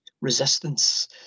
resistance